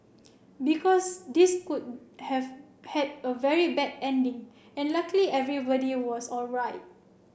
because this could have had a very bad ending and luckily everybody was alright